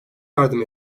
yardım